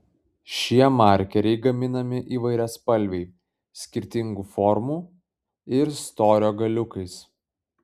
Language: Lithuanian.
šie markeriai gaminami įvairiaspalviai skirtingų formų ir storio galiukais